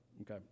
Okay